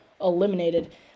eliminated